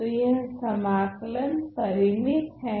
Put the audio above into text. तो यह समाकलन परिमित हैं